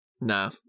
Nah